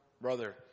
brother